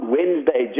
Wednesday